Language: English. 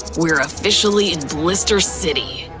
we're officially in blister city!